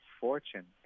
fortune